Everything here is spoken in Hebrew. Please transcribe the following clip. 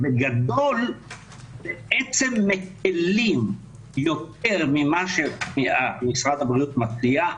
ובגדול בעצם מקלים יותר ממה שמשרד הבריאות מציע.